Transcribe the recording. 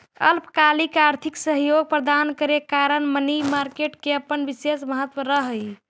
अल्पकालिक आर्थिक सहयोग प्रदान करे कारण मनी मार्केट के अपन विशेष महत्व रहऽ हइ